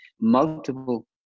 multiple